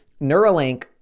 Neuralink